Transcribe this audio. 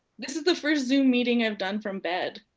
this is the first zoom meeting i've done from bed